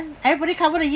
everybody covering